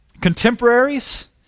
contemporaries